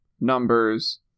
numbers